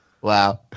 Wow